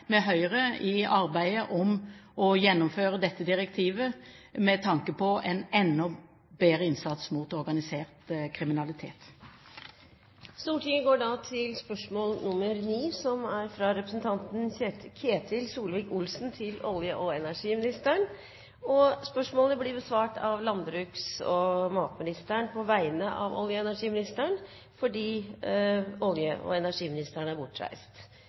med Høyre om å gjennomføre dette direktivet med tanke på en enda bedre innsats mot organisert kriminalitet. Dette spørsmålet, fra representanten Ketil Solvik-Olsen til olje- og energiministeren, vil bli besvart av landbruks- og matministeren på vegne av olje- og energiministeren, som er bortreist. «Flere store industriprosjekter kan realiseres i Norge, blant annet av Alcoa Aluminium og